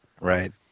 Right